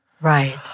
Right